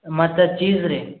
ಮತ್ತು ಚೀಸ್ ರೀ